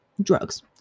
drugs